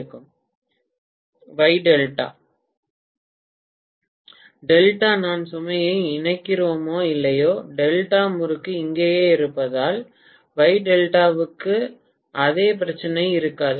மாணவர் Y delta பேராசிரியர் delta நான் சுமையை இணைக்கிறோமா இல்லையா டெல்டா முறுக்கு இங்கேயே இருப்பதால் வை டெல்டாவுக்கு அதே பிரச்சினை இருக்காது